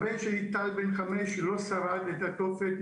שהבן שלי טל בן חמש לא שרד את התופת,